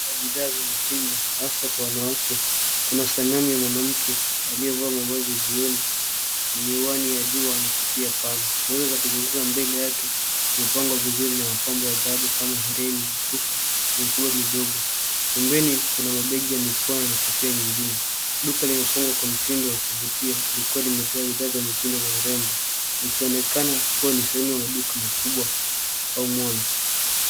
Bidhaa za mitindo, haswa kwa wanawake. Kuna sanamu ya mwanamke, aliyevaa mavazi jioni, miwani ya jua na kofia pana. Meza za kuzunguka mbele yake, imepangwa vizuri na mapambo ya dhahabu kama hereni, mkufu, mikoba midogo. Pembeni kuna mabeji ya mikoa na kofia nyingine. Duka limepangwa kwa mtindo wa kuvutia, likiwa limejaa bidhaa za mitindo na urembo. Likionekana kuwa ni sehemu ya maduka makubwa au mall .